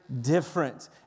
Different